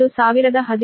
27 38013